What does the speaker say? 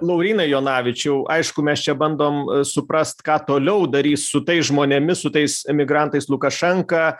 laurynai jonavičiau aišku mes čia bandom suprast ką toliau darys su tais žmonėmis su tais emigrantais lukašenka